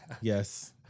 Yes